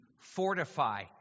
fortify